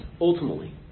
ultimately